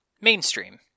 mainstream